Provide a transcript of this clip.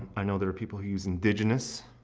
i know there are people who use indigenous.